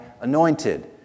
anointed